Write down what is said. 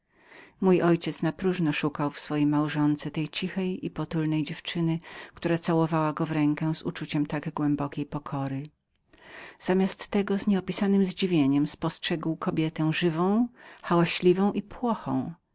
mój ojciec napróżno szukał w swojej małżonce tej cichej i potulnej dziewczyny która całowała go w rękę z uczuciem tak głębokiej pokory zamiast tego z nieopisanem zadziwieniem spostrzegał kobietę żywą roztargnioną i